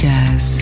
Jazz